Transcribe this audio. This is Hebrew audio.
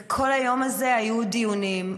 כל היום הזה היו דיונים,